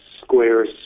squares